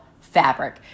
fabric